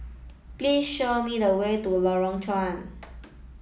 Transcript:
please show me the way to Lorong Chuan